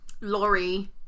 laurie